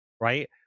right